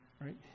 right